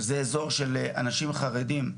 שזה אזור של אנשים חרדים,